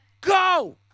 Go